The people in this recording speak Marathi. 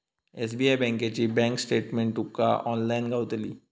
एस.बी.आय बँकेची बँक स्टेटमेंट तुका ऑनलाईन गावतली